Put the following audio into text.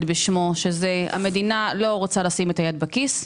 בשמו כאשר המדינה לא רוצה לשים את היד בכיס,